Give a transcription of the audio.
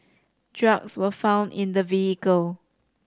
drugs were found in the vehicle